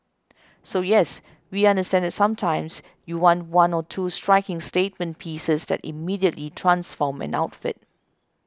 so yes we understand that sometimes you want one or two striking statement pieces that immediately transform an outfit